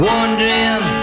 Wondering